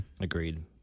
Agreed